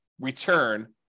return